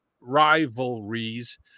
rivalries